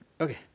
Okay